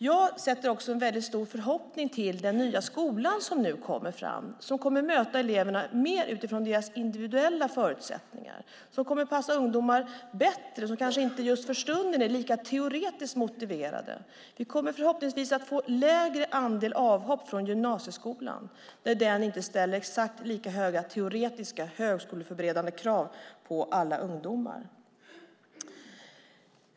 Jag sätter också en stor förhoppning till den nya skola som nu kommer fram, som kommer att möta eleverna mer utifrån deras individuella förutsättningar och som kommer att passa de ungdomar bättre som kanske inte just för stunden är lika teoretiskt motiverade. Vi kommer förhoppningsvis att få en mindre andel avhopp från gymnasieskolan när den inte ställer exakt lika höga teoretiska, högskoleförberedande krav på alla ungdomar.